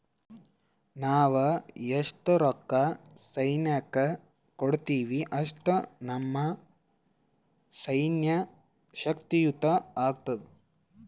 ನಾವ್ ಎಸ್ಟ್ ರೊಕ್ಕಾ ಸೈನ್ಯಕ್ಕ ಕೊಡ್ತೀವಿ, ಅಷ್ಟ ನಮ್ ಸೈನ್ಯ ಶಕ್ತಿಯುತ ಆತ್ತುದ್